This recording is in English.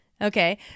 Okay